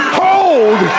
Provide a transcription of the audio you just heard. hold